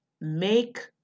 make